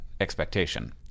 expectation